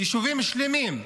יישובים שלמים,